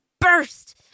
burst